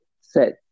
set